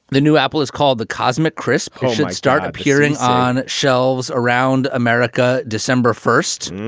the new apple is called the cosmic chris paul start appearing on shelves around america december first.